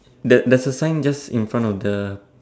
there there's a sign just in front of the